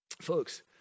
folks